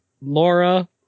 Laura